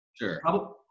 sure